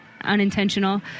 unintentional